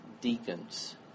deacons